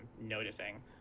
noticing